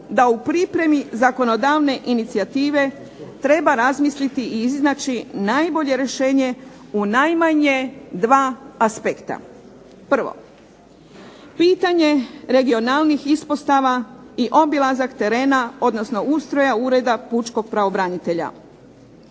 da u pripremi zakonodavne inicijative treba razmisliti i iznaći najbolje rješenje u najmanje dva aspekta. Prvo, pitanje regionalnih ispostava i obilazak terena odnosno ustroja Ureda pučkog pravobranitelja.